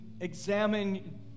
examine